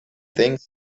things